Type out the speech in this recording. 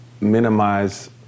minimize